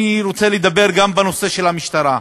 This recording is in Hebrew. אני רוצה לדבר גם בנושא של המשטרה,